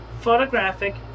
photographic